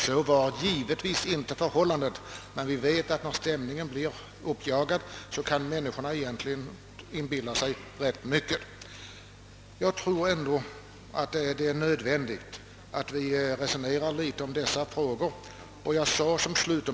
Så var givetvis inte fallet, men vi vet att människorna kan inbilla sig rätt mycket när stämningen blir uppjagad. Jag tror ändå att det är nödvändigt att vi resonerar litet om dessa saker.